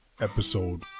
episode